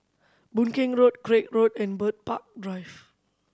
Boon Keng Road Craig Road and Bird Park Drive